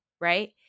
right